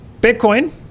Bitcoin